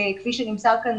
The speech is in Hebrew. כפי שנמסר כאן,